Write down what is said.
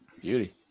Beauty